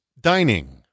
dining